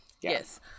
yes